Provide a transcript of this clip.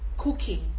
cooking